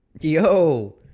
Yo